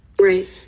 Right